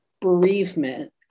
bereavement